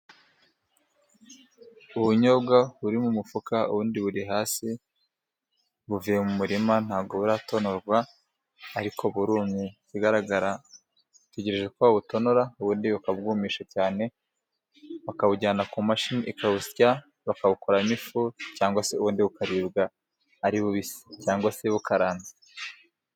Ubunyobwa buri mu mufuka ubundi buri hasi, buvuye mu murima ntabwo buratonorwa ariko burumye. Ikigaragara butegereje ko bawutonora ubundi bakabwumisha cyane, bakawujyana ku mashini ikawusya, bakawukoramo ifu cyangwa se ubundi bukaribwa ari bubisi cyangwa se bukaranze.